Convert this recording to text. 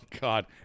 god